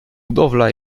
budowla